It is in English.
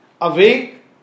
Awake